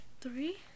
three